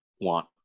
want